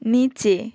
নিচে